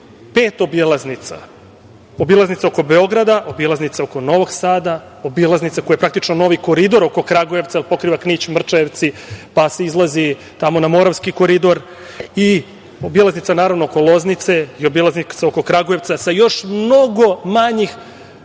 pet obilaznica, obilaznica oko Beograda, obilaznica oko Novog Sada, obilaznica, koje su praktično novi koridor oko Kragujevca, pokriva Knić, Mrčajevci, pa se izlazi na Moravski koridor i obilaznica, naravno, oko Loznice i obilaznica oko Kragujevca, sa još mnogo manjih